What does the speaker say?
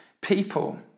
people